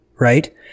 Right